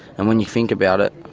and when you think about it